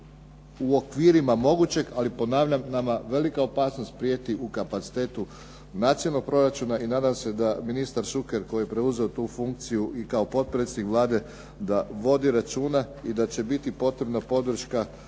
u okvirima mogućeg, ali ponavljam nama velika opasnost prijeti u kapacitetu nacionalnog proračuna i nadam se da ministar Šuker koji je preuzeo tu funkciju i kao potpredsjednik Vlade da vodi računa i da će biti potrebna podrška